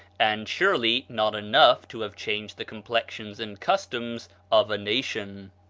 and surely not enough to have changed the complexions and customs of a nation.